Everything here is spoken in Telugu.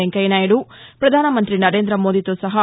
వెంకయ్యనాయుడు ప్రధానమంతి నరేంద్రమోదీతో సహా